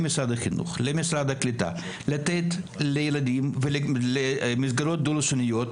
למשרד החינוך ולמשרד הקליטה לתת אפשרות לקלוט ילדים במסגרת דו לשוניות,